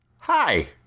hi